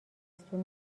دستور